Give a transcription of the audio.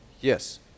Yes